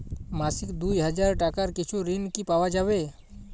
মাসিক দুই হাজার টাকার কিছু ঋণ কি পাওয়া যাবে?